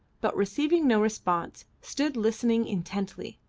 but receiving no response, stood listening intently.